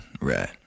right